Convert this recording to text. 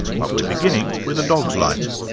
but we're beginning with a dog's life.